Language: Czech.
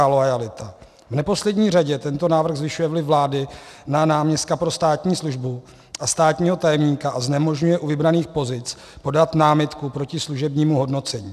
V neposlední řadě tento návrh zvyšuje vliv vlády na náměstka pro státní službu a státního tajemníka a znemožňuje u vybraných pozic podat námitku proti služebnímu hodnocení.